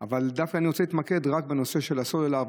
אבל אני רוצה להתמקד רק בנושא הסלולר,